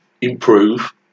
improve